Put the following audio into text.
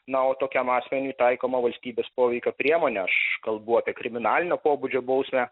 na o tokiam asmeniui taikoma valstybės poveikio priemonė aš kalbu apie kriminalinio pobūdžio bausmę